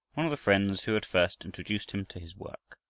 one of the friends who had first introduced him to his work.